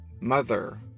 mother